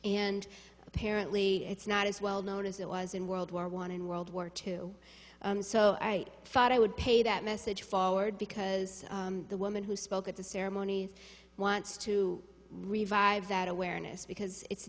and apparently it's not as well known as it was in world war one and world war two so i thought i would pay that message forward because the woman who spoke at the ceremony wants to revive that awareness because it's